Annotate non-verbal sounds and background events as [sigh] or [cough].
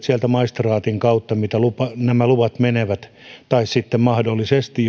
[unintelligible] sieltä maistraatin kautta on saatu sitten oikeudet miten nämä luvat menevät tai mahdollisesti [unintelligible]